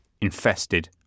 infested